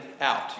out